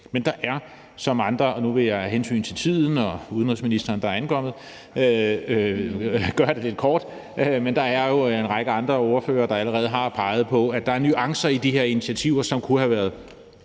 for det her forslag. Nu vil jeg af hensyn til tiden og udenrigsministeren, der er ankommet, gøre det lidt kort, men der er jo en række andre ordførere, der allerede har peget på, at der er nuancer i de her initiativer, som kunne have været